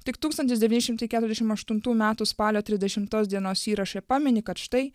tik tūkstantis devyni šimtai keturiasdešim aštuntų metų spalio trisdešimtos dienos įraše pamini kad štai